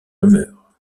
rumeur